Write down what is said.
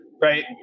right